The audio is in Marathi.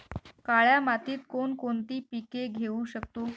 काळ्या मातीत कोणकोणती पिके घेऊ शकतो?